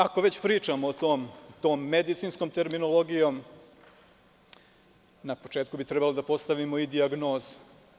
Ako već pričamo tom medicinskom terminologijom, na početku bi trebali da postavimo i dijagnozu.